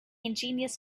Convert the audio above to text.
ingenious